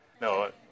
No